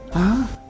ah.